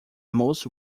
most